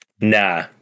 Nah